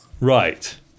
Right